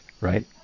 right